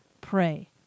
Pray